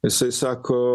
jisai sako